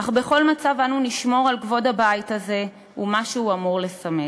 אך בכל מצב אנו נשמור על כבוד הבית הזה ומה שהוא אמור לסמל,